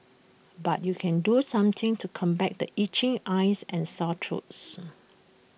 but you can do some things to combat the itching eyes and sore throats